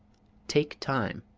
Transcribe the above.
take time.